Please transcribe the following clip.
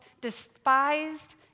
despised